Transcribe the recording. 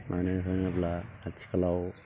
मानो होनोब्ला आथिखालाव